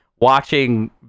watching